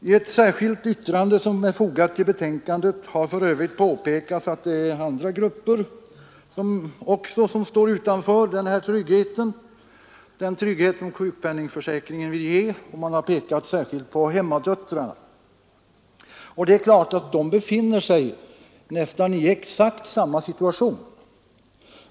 I ett särskilt yttrande som fogats till utskottets betänkande har för övrigt påpekats att det också är andra grupper som står utanför den trygghet som sjukpenningförsäkringen vill ge. Man har särskilt pekat på hemmadöttrarna, och de befinner sig ju i nästan exakt samma situation.